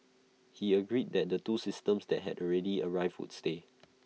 he agreed that the two systems that had already arrived full stay